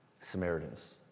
Samaritans